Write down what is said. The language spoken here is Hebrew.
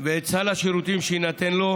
ואת סל השירותים שיינתן לו,